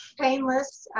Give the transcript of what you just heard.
painless